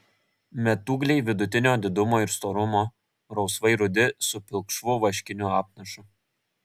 metūgliai vidutinio didumo ir storumo rausvai rudi su pilkšvu vaškiniu apnašu